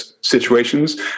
situations